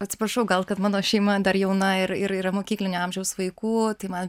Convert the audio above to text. atsiprašau gal kad mano šeima dar jauna ir ir yra mokyklinio amžiaus vaikų tai man